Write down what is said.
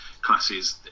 classes